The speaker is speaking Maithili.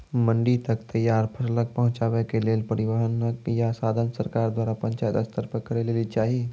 मंडी तक तैयार फसलक पहुँचावे के लेल परिवहनक या साधन सरकार द्वारा पंचायत स्तर पर करै लेली चाही?